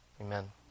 amen